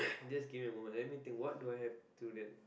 just give me a moment let me think what do I have thru them